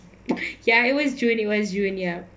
ya it was during the ones you in ya